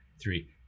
three